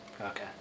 Okay